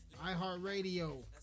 iHeartRadio